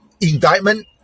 indictment